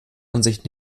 ansicht